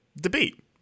debate